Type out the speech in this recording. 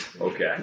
Okay